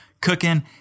cooking